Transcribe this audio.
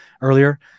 earlier